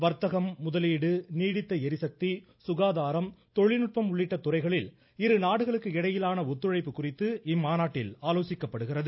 வர்த்தகம் முதலீடு நீடித்த ளிசக்தி சுகாதாரம் தொழில்நுட்பம் உள்ளிட்ட துறைகளில் இருநாடுகளுக்கு இடையிலான ஒத்துழைப்பு குறித்து இம்மாநாட்டில் ஆலோசிக்கப்படுகிறது